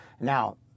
Now